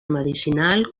medicinal